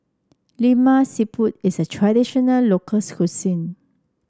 Lemak Siput is a traditional local cuisine